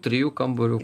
trijų kambarių